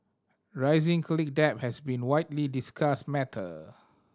rising college debt has been widely discussed matter